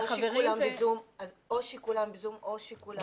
אז או שכולם ב"זום" או שכולם נוכחים?